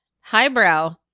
highbrow